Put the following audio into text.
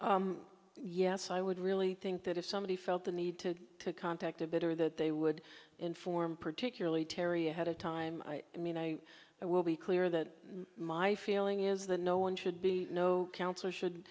working yes i would really think that if somebody felt the need to contact a bit or that they would inform particularly terri ahead of time i mean i will be clear that my feeling is that no one should be no counselor should